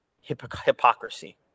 hypocrisy